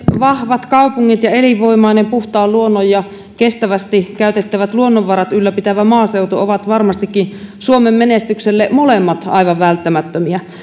vahvat kaupungit ja elinvoimainen puhtaan luonnon ja kestävästi käytettävät luonnonvarat ylläpitävä maaseutu ovat varmastikin suomen menestykselle molemmat aivan välttämättömiä